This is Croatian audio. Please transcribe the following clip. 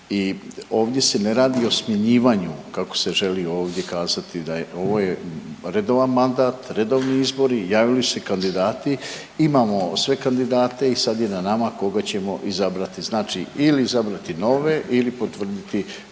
I ovdje se ne radi o smjenjivanju kako se želi ovdje kazati, ovo je redovan mandat, redovni izbori, javili su se kandidati. Imamo sve kandidate i sad je na nama koga ćemo izabrati. Znači ili izabrati nove ili potvrditi stare.